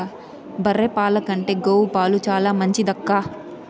బర్రె పాల కంటే గోవు పాలు చాలా మంచిదక్కా